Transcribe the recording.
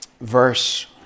verse